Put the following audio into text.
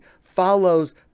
follows